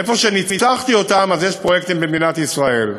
איפה שניצחתי אותם, יש פרויקטים במדינת ישראל.